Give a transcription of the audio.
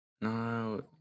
No